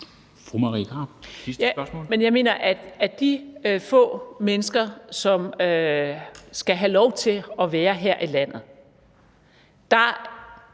ud af, om de få mennesker, som skal have lov til at være her i landet,